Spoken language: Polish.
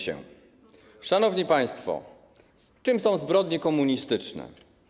Szanowni państwo, czym są zbrodnie komunistyczne?